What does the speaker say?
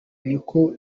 niko